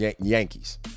Yankees